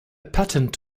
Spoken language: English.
patent